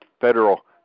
Federal